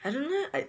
I don't know I